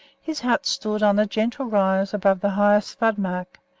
his hut stood on a gentle rise above the highest flood mark,